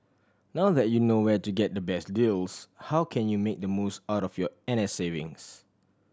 now that you know where to get the best deals how can you make the most out of your N S savings